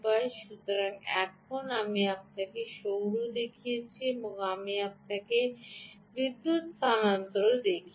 সুতরাং এখন আমি আপনাকে সৌর দেখিয়েছি আমি আপনাকে বিদ্যুৎ স্থানান্তর দেখিয়েছি